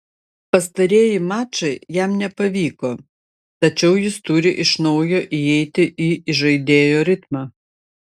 pastarieji mačai jam nepavyko tačiau jis turi iš naujo įeiti į įžaidėjo ritmą